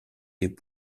des